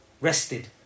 Rested